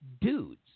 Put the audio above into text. dudes